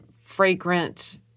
fragrant